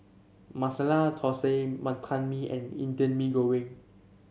Masala Thosai Wonton Mee and Indian Mee Goreng